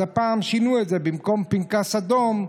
הפעם שינו את זה: במקום פנקס אדום,